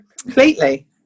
Completely